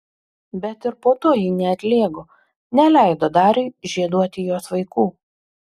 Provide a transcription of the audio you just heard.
bet ir po to ji neatlėgo neleido dariui žieduoti jos vaikų